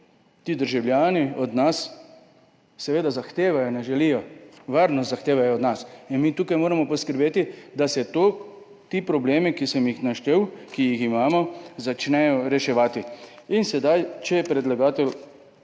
Ti državljani od nas seveda zahtevajo, ne želijo, varnost zahtevajo od nas. In mi tukaj moramo poskrbeti, da se ti problemi, ki sem jih naštel, ki jih imamo, začnejo reševati. Predlagatelj